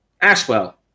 Ashwell